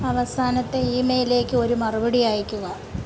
അവസാനത്തെ ഇമെയ്ലിലേക്ക് ഒരു മറുപടി അയയ്ക്കുക